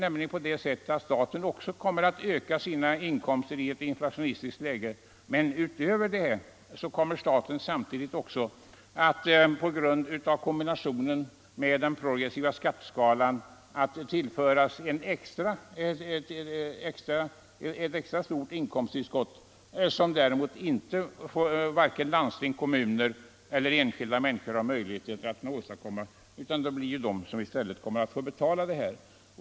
Även staten kommer att öka sina inkomster i ett inflationistiskt läge, men utöver det kommer staten också samtidigt — på grund av kombinationen med den progressiva skatteskalan — att tillföras ett extra stort inkomsttillskott, vilket däremot varken landsting eller kommuner eller enskilda människor har möjlighet att åstadkomma, utan det blir i stället de som kommer att få betala kostnaderna.